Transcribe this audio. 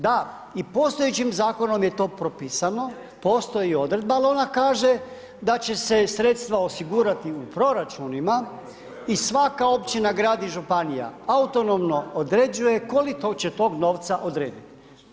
Da i postojećim zakonom je to propisano, postoji i odredba ali ona kaže da će se sredstva osigurati u proračunima i svaka općina, grad i županija autonomno određuje koliko će tog novca odrediti.